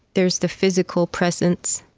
there's the physical presence,